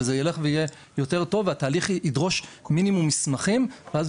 וזה ילך ויהיה יותר טוב והתהליך ידרוש מינימום מסמכים ואז